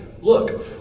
Look